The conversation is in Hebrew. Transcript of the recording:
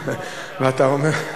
מה אתה אומר?